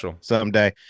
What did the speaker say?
someday